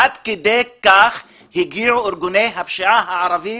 עד כדי כך הגיעו ארגוני הפשיעה הערבים